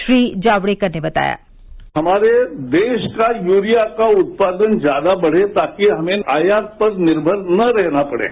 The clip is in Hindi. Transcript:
श्री जावड़ेकर ने बताया हमारे देश के यूरिया का उत्पादन ज्यादा बढे ताकि हमें आयात पर निर्मर न रहना पड़े